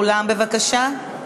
רבותי, קצת שקט באולם, בבקשה.